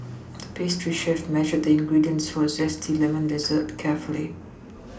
the pastry chef measured the ingredients for a zesty lemon dessert carefully